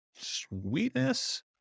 Sweetness